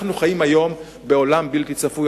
אנחנו חיים היום בעולם בלתי צפוי.